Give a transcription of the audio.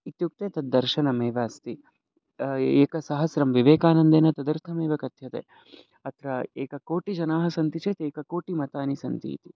इत्युक्ते तद् दर्शनमेव अस्ति एकसहस्रं विवेकानन्देन तदर्थमेव कथ्यते अत्र एककोटिजनाः सन्ति चेत् एककोटिमतानि सन्ति इति